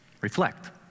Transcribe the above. reflect